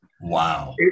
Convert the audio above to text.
Wow